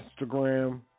Instagram